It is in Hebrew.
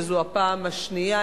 שזו הפעם השנייה,